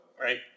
Right